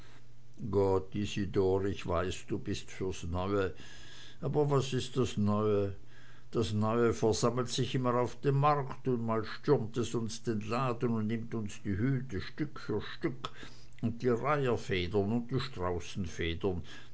gott isidor ich weiß du bist fürs neue aber was ist das neue das neue versammelt sich immer auf unserm markt und mal stürmt es uns den laden und nimmt uns die hüte stück für stück und die reiherfedern und die straußenfedern